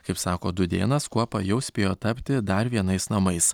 kaip sako dūdėnas kuopa jau spėjo tapti dar vienais namais